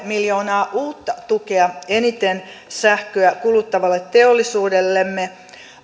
miljoonaa uutta tukea eniten sähköä kuluttavalle teollisuudellemme